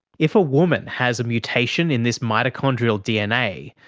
if a woman has a mutation in this mitochondrial dna,